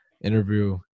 interview